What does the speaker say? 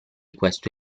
questo